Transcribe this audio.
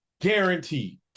guaranteed